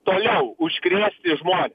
toliau užkrėsti žmones